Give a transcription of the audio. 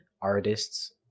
artists